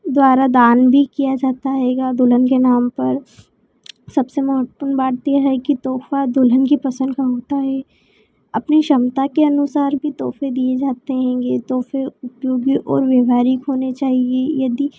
द्वारा दान भी किया जाता हेगा दुल्हन के नाम पर सबसे महत्वपूर्ण बात यह है कि तोहफा दुल्हन कि पसंद का होता है अपनी क्षमता के अनुसार भी तोहफे दिए जाते हेंगे तो फ़िर उपयोगी और व्यवहारिक होने चाहिए यादि